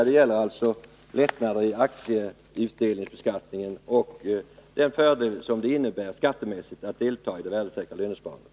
Det gäller både lättnaderna i aktieutdelningsbeskattningen och den fördel det innebär skattemässigt att delta i det värdesäkra lönsparandet.